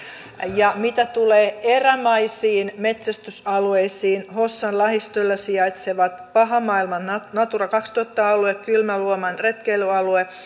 ja mitä tulee erämaisiin metsästysalueisiin hossan lähistöllä sijaitsevat pahamaailman natura kaksituhatta alue kylmäluoman retkeilyalue